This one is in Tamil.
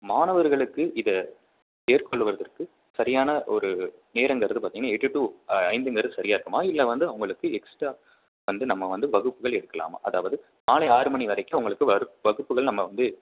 மாணவர்களுக்கு இத ஏற்கொள்வதற்கு சரியான ஒரு நேரங்கிறது பார்த்தீங்கன்னா எட்டு டூ ஐந்துங்கிறது சரியாக இருக்குமா இல்லை வந்து அவங்களுக்கு எக்ஸ்ட்ரா வந்து நம்ம வந்து வகுப்புகள் எடுக்கலாமா அதாவது மாலை ஆறு மணி வரைக்கும் அவங்களுக்கு வருப் வகுப்புகள் நம்ம வந்து